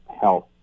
health